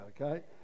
okay